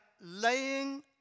laying